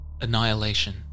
Annihilation